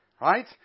Right